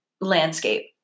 landscape